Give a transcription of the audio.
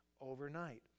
overnight